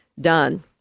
done